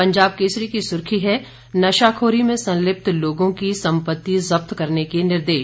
पंजाब केसरी की सुर्खी है नशाखोरी में संलिप्त लोगों की संपति जब्त करने के निर्देश